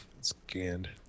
scanned